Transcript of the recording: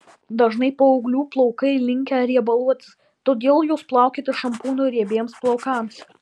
dažnai paauglių plaukai linkę riebaluotis todėl juos plaukite šampūnu riebiems plaukams